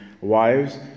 wives